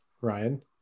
ryan